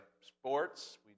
sports